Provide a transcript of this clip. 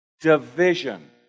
division